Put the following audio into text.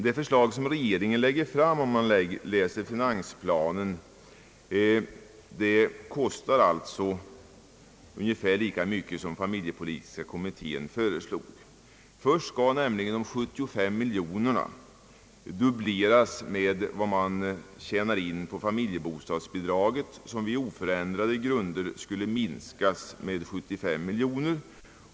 Det förslag regeringen lägger fram kostar enligt finansplanen per kalenderår ungefär lika mycket som det familjepolitiska kommittén föreslog. Först skall nämligen de 75 miljonerna dubblas med vad man tjänar in på familjebostadsbidraget, som vid oförändrade grunder skulle komma att minska med 75 miljoner.